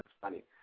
funny